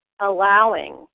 allowing